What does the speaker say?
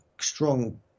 strong